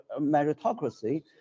meritocracy